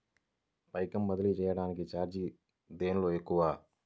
పైకం బదిలీ చెయ్యటానికి చార్జీ దేనిలో తక్కువ?